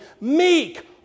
meek